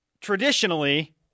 traditionally